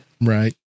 Right